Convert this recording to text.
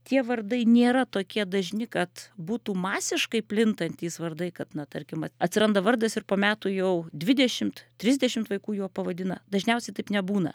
tie vardai nėra tokie dažni kad būtų masiškai plintantys vardai kad na tarkim at atsiranda vardas ir po metų jau dvidešimt trisdešimt vaikų juo pavadina dažniausiai taip nebūna